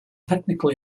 technically